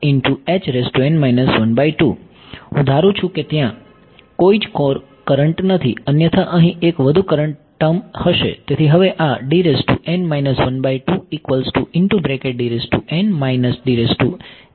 તો હું ધારું છું કે ત્યાં કોઈ કરંટ નથી અન્યથા અહીં એક વધુ કરંટ ટર્મ હશે